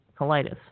colitis